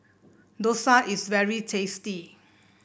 dosa is very tasty